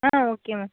ah okay ma'am